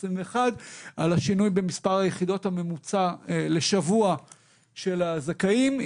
לגבי השינוי במספר היחידות הממוצע לשבוע של הזכאים.